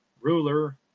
ruler